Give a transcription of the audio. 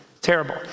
Terrible